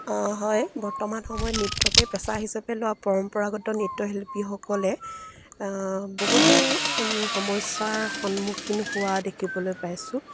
হয় বৰ্তমান সময়ত নৃত্যকে পেচা হিচাপে লোৱা পৰম্পৰাগত নৃত্যশিল্পীসকলে বহুতো সমস্যাৰ সন্মুখীন হোৱা দেখিবলৈ পাইছোঁ